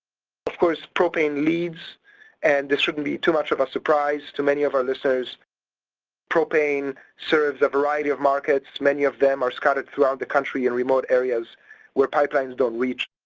of course propane leads and this shouldn't be too much of a surprise to many of our listeners propane serves a variety of markets many of them are scattered throughout the country and remote areas where pipelines don't reach.